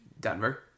Denver